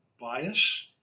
bias